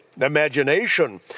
imagination